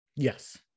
Yes